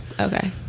okay